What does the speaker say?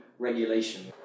Regulation